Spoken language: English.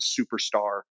superstar